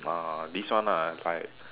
uh this one ah like